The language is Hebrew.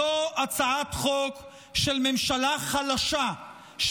זאת הצעת חוק של ממשלה חלשה,